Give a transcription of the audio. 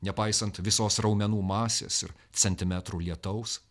nepaisant visos raumenų masės ir centimetrų lietaus